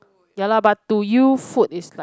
ya lah but to you food is like